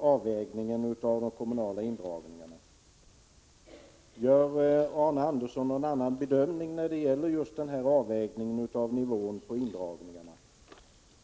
avvägningen av de kommunala indragningarna? Gör Arne Andersson någon annan bedömning när det gäller avvägningen av nivån på indragningarna?